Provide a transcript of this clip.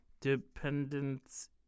dependence